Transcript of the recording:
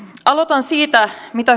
aloitan siitä mitä